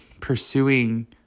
pursuing